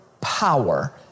power